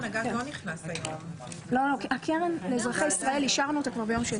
את הקרן לאזרחי ישראל אישרנו כבר ביום שני.